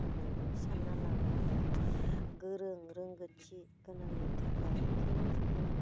होननानै सानना लानांगोन गोरों रोंगौथि गोनांनि थाखाय ओंखायनो जोङो